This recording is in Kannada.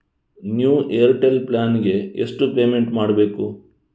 ನ್ಯೂ ಏರ್ಟೆಲ್ ಪ್ಲಾನ್ ಗೆ ಎಷ್ಟು ಪೇಮೆಂಟ್ ಮಾಡ್ಬೇಕು?